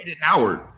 Howard